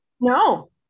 No